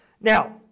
Now